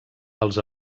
els